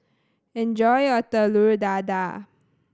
enjoy your Telur Dadah